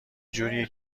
جوریه